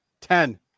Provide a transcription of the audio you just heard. ten